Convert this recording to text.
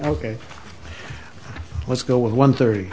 ok let's go with one thirty